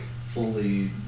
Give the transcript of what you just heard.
fully